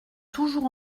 toujours